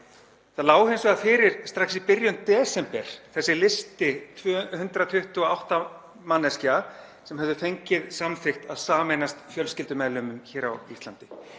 Það lá hins vegar fyrir strax í byrjun desember þessi listi 128 manneskja sem höfðu fengið samþykkt að sameinast fjölskyldumeðlimum hér á Íslandi.